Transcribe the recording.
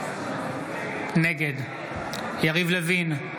נגד יריב לוין,